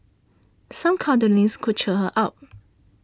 some cuddling's could cheer her up